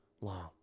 Long